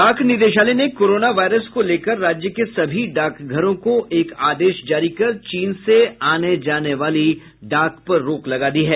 डाक निदेशालय ने कोरोना वायरस को लेकर राज्य के सभी डाकघरों को एक आदेश जारी कर चीन से आने जाने वाली डाक पर रोक लगा दी है